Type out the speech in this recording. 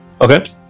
Okay